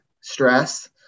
stress